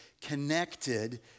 connected